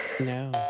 No